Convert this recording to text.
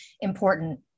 important